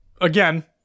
Again